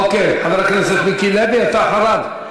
אוקיי, חבר הכנסת מיקי לוי, אתה אחריו.